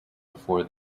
before